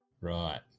Right